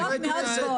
--- חברי כנסת,